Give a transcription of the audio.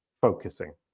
focusing